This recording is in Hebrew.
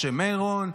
משה מירון.